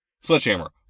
Sledgehammer